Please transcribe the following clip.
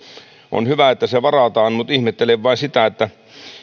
on hyvä että se varataan mutta ihmettelen vain sitä että